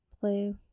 blue